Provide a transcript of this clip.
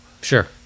Sure